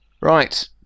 Right